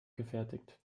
gefertigt